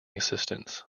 assistance